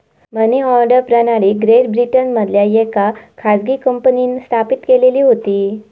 मनी order प्रणाली great ब्रिटनमधल्या येका खाजगी कंपनींन स्थापित केलेली होती